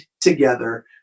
together